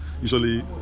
usually